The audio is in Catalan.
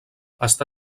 està